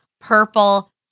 purple